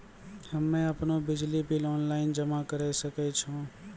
हम्मे आपनौ बिजली बिल ऑनलाइन जमा करै सकै छौ?